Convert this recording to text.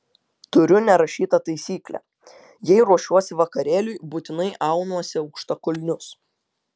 turiu nerašytą taisyklę jei ruošiuosi vakarėliui būtinai aunuosi aukštakulnius